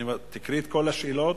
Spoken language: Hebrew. תקראי את כל השאלות,